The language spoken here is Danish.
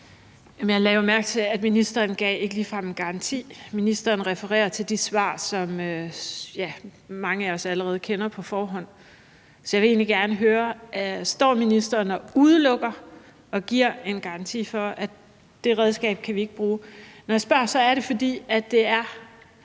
Jeg lagde jo mærke til, at ministeren ikke ligefrem gav en garanti; ministeren refererer til de svar, som mange af os allerede kender på forhånd. Så jeg vil egentlig gerne høre: Står ministeren og udelukker det og giver en garanti for, at det redskab kan vi ikke bruge? Når jeg spørger, er det, fordi det er